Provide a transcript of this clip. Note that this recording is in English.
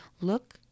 Look